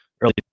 early